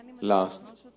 last